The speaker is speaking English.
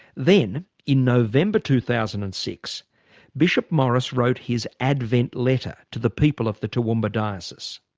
then in november two thousand and six bishop morris wrote his advent letter to the people of the toowoomba diocese.